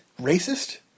racist